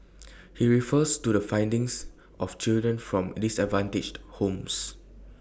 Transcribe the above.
he refers to the findings of children from in disadvantaged homes